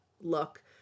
look